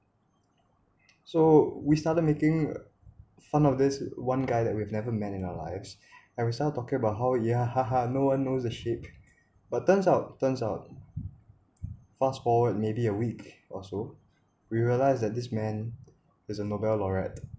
so we started making fun of this one guy that we've never met in our lives and we started talking about how ya haha no one knows a sheep but turns out turns out fast forward maybe a week or so we realize that this man is a nobel laureate